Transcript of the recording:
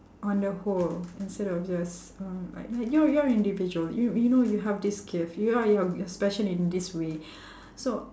on the whole instead of just um like you're you're individual you you know you have this gift you are you're special in this way so